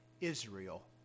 Israel